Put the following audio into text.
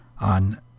on